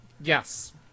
Yes